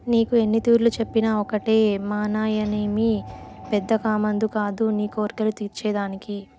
నీకు ఎన్నితూర్లు చెప్పినా ఒకటే మానాయనేమి పెద్ద కామందు కాదు నీ కోర్కెలు తీర్చే దానికి